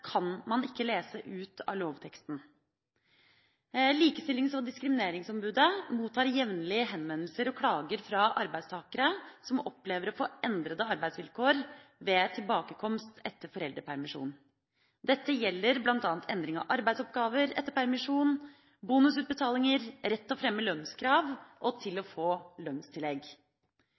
kan man ikke lese ut av lovteksten. Likestillings- og diskrimineringsombudet mottar jevnlig henvendelser og klager fra arbeidstakere som opplever å få endrede arbeidsvilkår ved tilbakekomst etter foreldrepermisjon. Dette gjelder bl.a. endring av arbeidsoppgaver etter permisjon, bonusutbetalinger, rett til å fremme lønnskrav og til å få lønnstillegg.